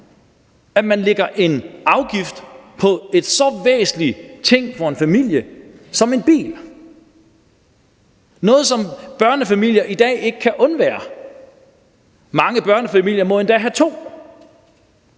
at man lægger en afgift på en så væsentlig ting for en familie som en bil – noget, som børnefamilier i dag ikke kan undvære. Mange børnefamilier må endda have to.